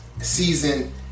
season